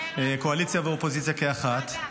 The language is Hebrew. קואליציה ואופוזיציה כאחד,